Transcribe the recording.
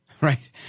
right